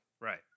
Right